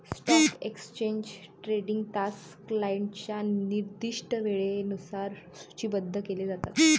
stock exchange trading तास क्लायंटच्या निर्दिष्ट वेळेनुसार सूचीबद्ध केले जातात